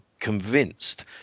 Convinced